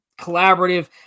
collaborative